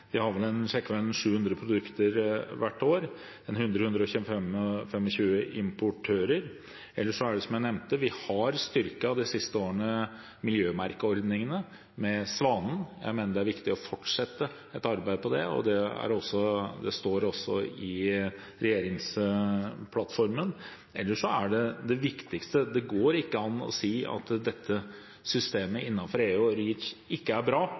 de har vel hvert år sjekket ca. 700 produkter og 120–125 importører. Ellers er det som jeg nevnte: Vi har de siste årene styrket miljømerkeordningen Svanen. Jeg mener det er viktig å fortsette et arbeid med det, og det står også i regjeringsplattformen. Det går ikke an å si at dette systemet innenfor EU og REACH ikke er bra.